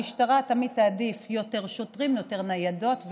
המשטרה תמיד תעדיף יותר שוטרים ויותר ניידות,